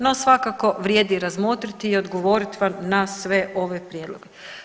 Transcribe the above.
No svakako vrijedi razmotriti i odgovorit vam na sve ove prijedloge.